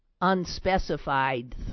unspecified